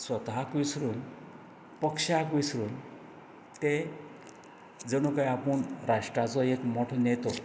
स्वताक विसरुन पक्षाक विसरून तें जणू काय आपूण राष्ट्राचो एक मोठो नेतो